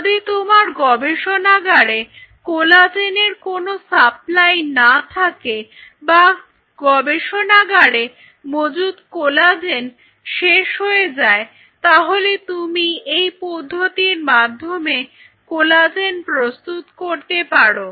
যদি তোমার গবেষণাগারে কোলাজেনের কোনো সাপ্লাই না থাকে বা গবেষণাগারে মজুদ কোলাজেন শেষ হয়ে যায় তাহলে তুমি এই পদ্ধতির মাধ্যমে কোলাজেন প্রস্তুত করতে পারো